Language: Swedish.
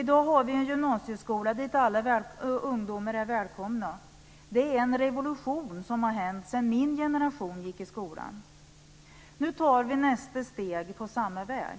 I dag har vi en gymnasieskola dit alla ungdomar är välkomna. Det är en revolution som har skett sedan min generation gick i skolan. Nu tar vi nästa steg på samma väg.